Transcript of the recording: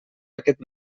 aquest